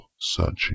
searching